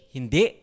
Hindi